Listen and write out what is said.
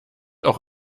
auch